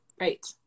right